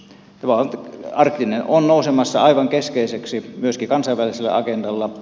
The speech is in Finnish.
arktiset asiat ovat nousemassa aivan keskeiseksi myöskin kansainvälisellä agendalla